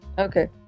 Okay